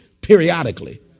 periodically